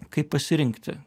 kaip pasirinkti